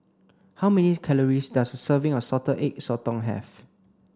how many calories does a serving of salted egg sotong have